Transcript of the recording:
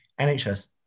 NHS